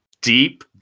deep